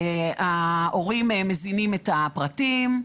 ההורים מזינים את הפרטים.